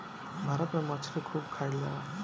भारत में मछली खूब खाईल जाला